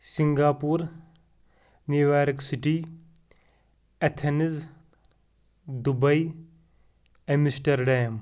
Singapore New York City Athens Dubai Amsterdam